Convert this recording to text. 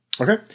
Okay